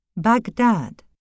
Baghdad